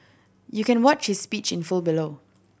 you can watch his speech in full below